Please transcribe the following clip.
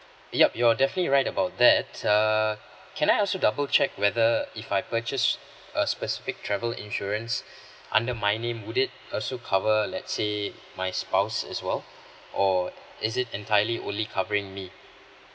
yup you are definitely right about that err can I ask you double check whether if I purchase a specific travel insurance under my name would it also cover let's say my spouse as well or is it entirely only covering me